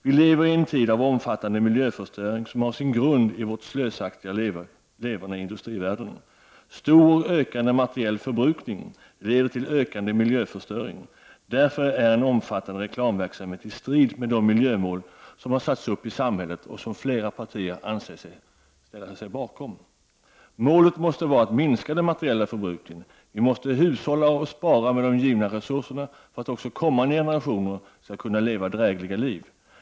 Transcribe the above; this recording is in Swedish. Vi lever i en tid av omfattande miljöförstöring, som har sin grund i vårt slösaktiga leverne i industrivärlden. Stor och ökande materiel förbrukning leder till ökande miljöförstöring. Därför står en omfattande reklamverksamhet i strid mot de miljömål som har satts upp i samhället och som fler partier anser sig kunna ställa sig bakom. Målet måste vara att minska den materiella förbrukningen. Vi måste hushålla och spara med de givna resurserna för att också kommande generationer skall kunna leva ett drägligt liv.